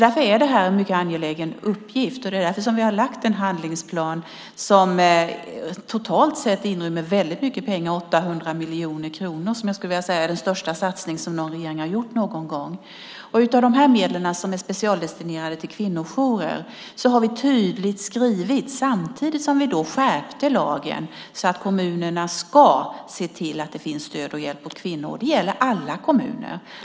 Därför är det här en mycket angelägen uppgift. Det är därför som vi har en handlingsplan som totalt sett inrymmer väldigt mycket pengar, 800 miljoner kronor, som jag skulle vilja säga är den största satsning någon regering har gjort någon gång. Angående de här medlen, som är specialdestinerade till kvinnojourer, har vi tydligt skrivit, samtidigt som vi skärpte lagen, att kommunerna ska se till att det finns stöd och hjälp till kvinnor. Det gäller alla kommuner.